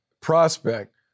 prospect